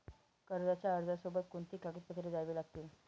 कर्जाच्या अर्जासोबत कोणती कागदपत्रे द्यावी लागतील?